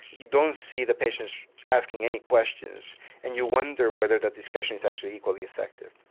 you don't see the patients asking any questions and you wonder whether the discussion is actually equally effective.